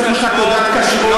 אני לא צריך ממך תעודת כשרות,